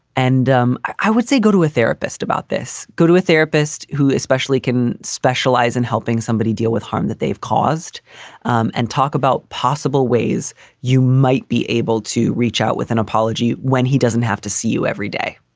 and um i would say go to a therapist about this. go to a therapist who especially can specialize in helping somebody deal with harm that they've caused um and talk about possible ways you might be able to reach out with an apology when he doesn't have to see you every day.